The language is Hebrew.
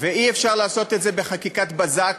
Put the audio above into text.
ואי-אפשר לעשות את זה בחקיקת בזק,